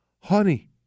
Honey